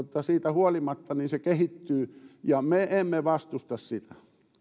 siitä huolimatta tämä kehittyy ja me emme vastusta sitä